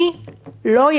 זאת כמובן לא הייתה הכוונה,